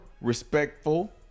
respectful